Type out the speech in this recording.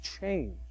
change